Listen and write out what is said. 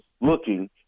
looking